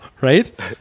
right